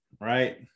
Right